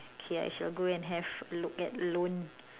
okay I shall go and have a look at alone